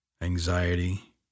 anxiety